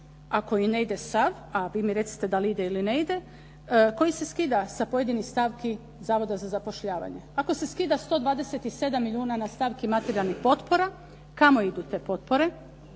ako i ne ide sav, a vi mi recite da li ide ili ne ide, koji se skida sa pojedinih stavki Zavoda za zapošljavanje. Ako se skida 127 milijuna na stavki materijalnih potpora kamo idu te potpore,